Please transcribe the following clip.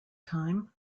time